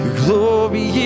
glory